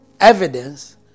evidence